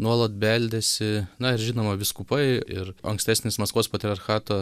nuolat beldėsi na ir žinoma vyskupai ir ankstesnis maskvos patriarchato